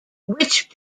which